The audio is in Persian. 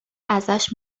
ازش